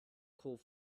cold